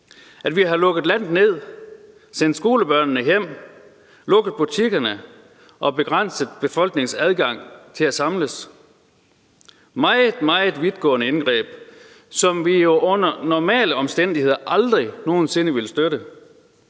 at vi har lukket landet ned, sendt skolebørnene hjem, lukket butikkerne og begrænset befolkningens adgang til at samles. Det er meget, meget vidtgående indgreb, som vi jo under normale omstændigheder aldrig nogen sinde ville støtte.